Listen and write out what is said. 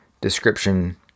description